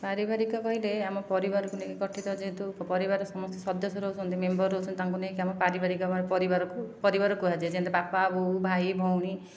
ପାରିବାରିକ କହିଲେ ଆମ ପରିବାରକୁ ନେଇ ଗଠିତ ଯେହେତୁ ପରିବାରର ସମସ୍ତ ସଦସ୍ୟ ରହୁଛନ୍ତି ମେମ୍ବର ରହୁଛନ୍ତି ତାଙ୍କୁ ନେଇକି ଆମ ପାରିବାରିକ ଆମ ପରିବାରକୁ ପରିବାର କୁହାଯାଏ ଯେମିତି ବାପା ବୋଉ ଭାଇ ଭଉଣୀ